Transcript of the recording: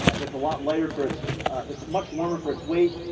it's a lot lighter for its it's much warmer for its weight.